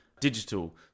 digital